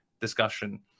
discussion